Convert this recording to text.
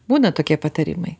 būna tokie patarimai